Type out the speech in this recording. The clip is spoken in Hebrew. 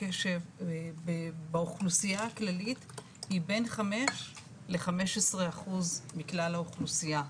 קשב באוכלוסייה הכללית היא בין 5% ל-15% מכלל האוכלוסייה.